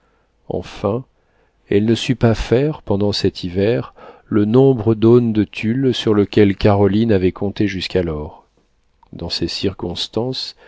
enfin elle ne sut pas faire pendant cet hiver le nombre d'aunes de tulle sur lequel caroline avait compté jusqu'alors dans ces circonstances